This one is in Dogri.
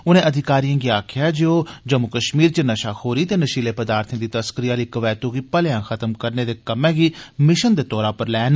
उनें अधिकारियें गी आक्खेया जे ओ जम्मू कश्मीर च नशाखोरी ते नशीलें पदार्थे दी तस्करी आली कबैतू गी भलेयां खत्म करने दे कम्मै गी मिशन दे तौरा पर लैन